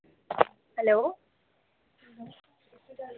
hello